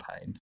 pain